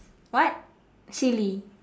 what silly